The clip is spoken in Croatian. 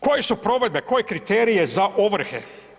Koje su provedbe, koje kriterije za ovrhe?